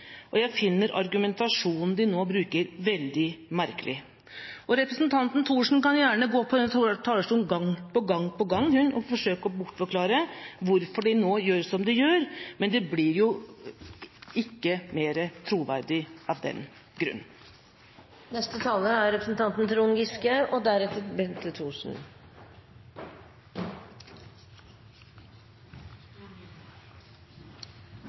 er jeg enig med representanten Tyvand når det gjelder Fremskrittspartiets snuoperasjon, og jeg finner argumentasjonen de nå bruker, veldig merkelig. Representanten Thorsen kan gjerne gå på denne talerstolen gang på gang på gang og forsøke å bortforklare hvorfor de nå gjør som de gjør, men det blir ikke mer troverdig av den grunn. Jeg er